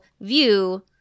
view